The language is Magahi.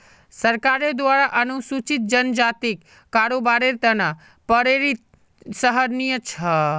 सरकारेर द्वारा अनुसूचित जनजातिक कारोबारेर त न प्रेरित सराहनीय छ